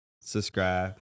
subscribe